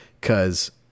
cause